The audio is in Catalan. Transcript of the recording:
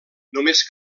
només